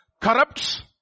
corrupts